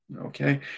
okay